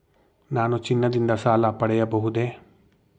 ನಾನು ಚಿನ್ನದಿಂದ ಸಾಲ ಪಡೆಯಬಹುದೇ?